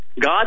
God